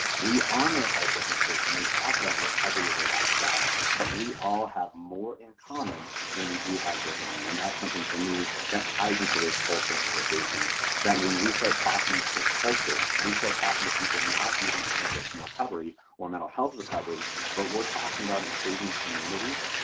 we honor honor our differences when we talk about recovery as a lifestyle, but we all have more in common than we do have differently and that's something for me that ties into those cultural implications that when we start talking to culture, we start talking to people not even in addiction recovery or mental health recovery but we're talking about improving communities,